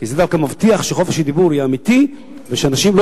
כי זה דווקא מבטיח שחופש הדיבור יהיה אמיתי ושאנשים לא